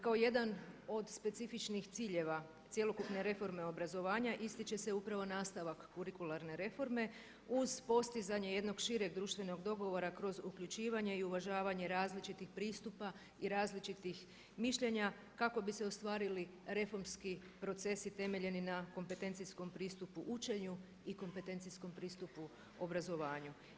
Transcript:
Kao jedan od specifičnih ciljeva cjelokupne reforme obrazovanja ističe se upravo nastavak kurikularne reforme uz postizanje jednog šireg društvenog dogovora kroz uključivanje i uvažavanje različitih pristupa i različitih mišljenja kako bi se ostvarili reformski procesi temeljeni na kompetencijskom pristupu učenju i kompetencijskom pristupu obrazovanju.